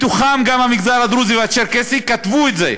בתוכם גם המגזר הדרוזי והצ'רקסי, כתבו את זה.